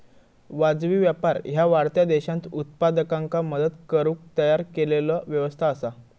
वाजवी व्यापार ह्या वाढत्या देशांत उत्पादकांका मदत करुक तयार केलेला व्यवस्था असा